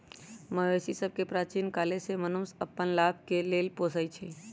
मवेशि सभके प्राचीन काले से मनुष्य अप्पन लाभ के लेल पोसइ छै